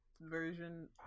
version